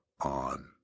on